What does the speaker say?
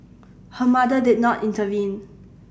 her mother did not intervene